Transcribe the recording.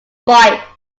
spite